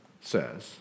says